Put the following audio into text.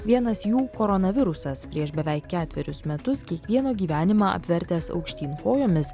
vienas jų koronavirusas prieš beveik ketverius metus kiekvieno gyvenimą apvertęs aukštyn kojomis